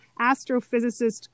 astrophysicist